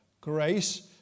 grace